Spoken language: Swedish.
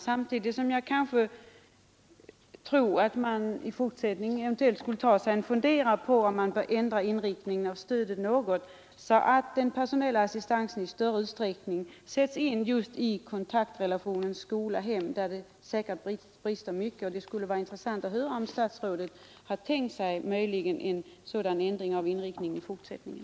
Samtidigt tror jag att man i fortsättningen kanske också borde ta sig en funderare på att något ändra inriktningen, så att den personella assistansen i större utsträckning sätts in just i kontaktrelationen skola-hem, där det säkert brister en hel del. Det skulle vara intressant att höra, om statsrådet möjligen har tänkt sig en sådan ändring av inriktningen i fortsättningen.